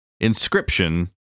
Inscription